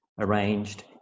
arranged